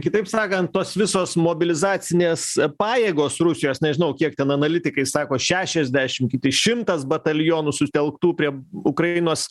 kitaip sakant tos visos mobilizacinės pajėgos rusijos nežinau kiek tam analitikai sako šešiasdešim kiti šimtas batalionų sutelktų prie ukrainos